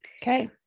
Okay